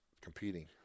competing